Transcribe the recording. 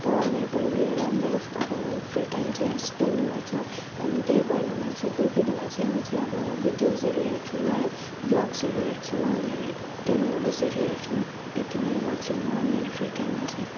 power न्यापहरू लिएर मेरो अब फ्री टाइम चाहिँ स्पेन्ड गर्छु अनि त्यही भएन भने चाहिँ कोही कोही बेला चाहिँ म चाहिँ अब भिडियोजहरू हेर्छु है ब्लग्सहरू हेर्छु अनि त्यही मुभिजहरू हेर्छु यति नै गर्छु म मेरो फ्री टाइममा चाहिँ